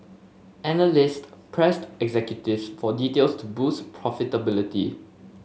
analyst pressed executive for details to boost profitability